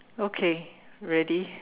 okay ready